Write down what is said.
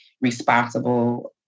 responsible